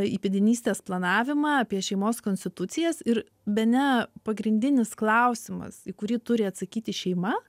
įpėdinystės planavimą apie šeimos konstitucijas ir bene pagrindinis klausimas į kurį turi atsakyti šeima